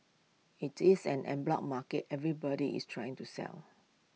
IT is an en bloc market everybody is trying to sell